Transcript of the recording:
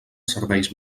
serveis